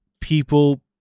people